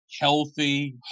healthy